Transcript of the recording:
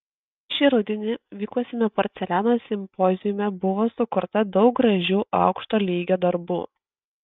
šį rudenį vykusiame porceliano simpoziume buvo sukurta daug gražių aukšto lygio darbų